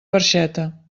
barxeta